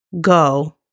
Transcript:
go